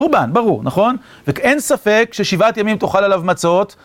רובן, ברור, נכון? ואין ספק ששבעת ימים תאכל עליו מצות.